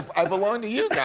i belong to you